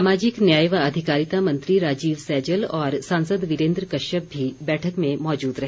सामाजिक न्याय व अधिकारिता मंत्री राजीव सैजल और सांसद वीरेन्द्र कश्यप भी बैठक में मौजूद रहे